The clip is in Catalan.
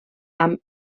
amb